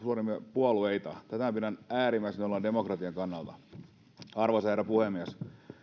puolueita tätä pidän äärimmäisen nolona demokratian kannalta arvoisa herra puhemies